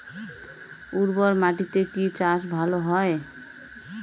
উর্বর মাটিতে কি চাষ ভালো হয়?